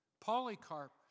Polycarp